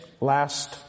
Last